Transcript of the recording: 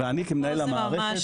ואני כמנהל המערכת בספק- -- פה זה ממש